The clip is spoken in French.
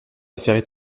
affaires